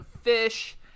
fish